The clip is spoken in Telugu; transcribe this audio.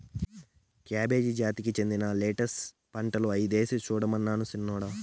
కాబేజీ జాతికి చెందిన లెట్టస్ పంటలు ఐదేసి సూడమను సిన్నోడా